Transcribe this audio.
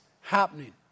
happening